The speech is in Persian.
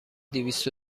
دویست